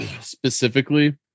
Specifically